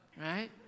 right